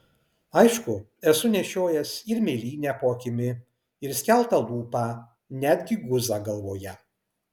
aišku esu nešiojęs ir mėlynę po akimi ir skeltą lūpą net gi guzą galvoje